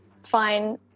fine